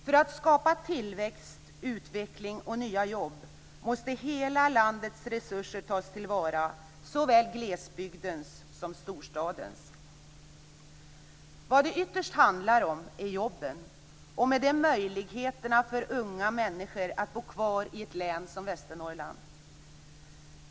För att skapa tillväxt, utveckling och nya jobb måste hela landets resurser tas till vara, såväl glesbygdens som storstadens. Vad det ytterst handlar om är jobben, och med dessa möjligheterna för unga människor att bo kvar i ett län som Västernorrland.